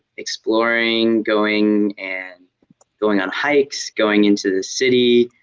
exploring, going and going on hikes, going into the city.